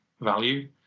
value